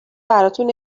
براتون